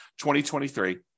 2023